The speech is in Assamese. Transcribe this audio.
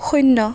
শূন্য